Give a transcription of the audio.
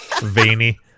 Veiny